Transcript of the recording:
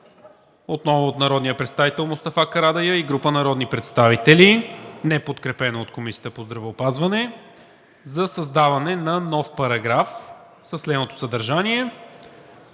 отново от народния представител Мустафа Карадайъ и група народни представители, неподкрепено от Комисията по здравеопазването, за създаване на нов параграф със следното съдържание: